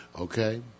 Okay